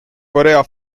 korea